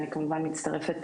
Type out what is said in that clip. אני כמובן מצטרפת